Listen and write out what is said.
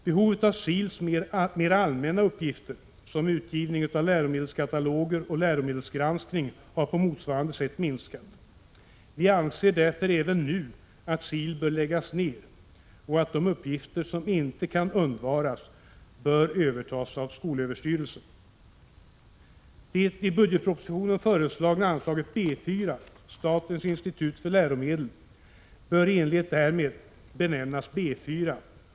Behovet av SIL:s mera allmänna uppgifter, såsom utgivning av läromedelskataloger och läromedelsgranskning, har på motsvarande sätt minskat. Vi anser därför även nu att SIL bör läggas ned och att de uppgifter som inte kan undvaras bör övertas av skolöverstyrelsen. Det i budgetpropositionen föreslagna anslaget B 4. Statens institut för läromedel bör i enlighet härmed benämnas B 4.